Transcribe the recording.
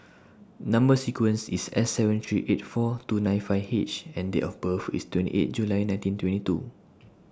Number sequence IS S seven three eight four two nine five H and Date of birth IS twenty eight July nineteen twenty two